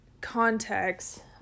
context